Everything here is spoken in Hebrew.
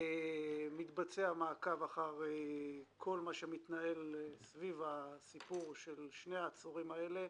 מתבצע מעקב סביב כל מה שמתנהל סביב הסיפור של שני העצורים האלה,